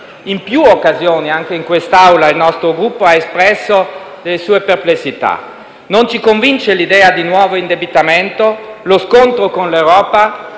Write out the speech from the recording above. In più occasioni, anche in quest'Aula, il nostro Gruppo ha espresso le sue perplessità. Non ci convince l'idea di un nuovo indebitamento, lo scontro con l'Europa,